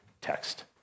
text